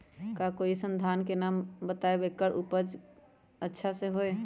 का कोई अइसन धान के नाम बताएब जेकर उपज अच्छा से होय?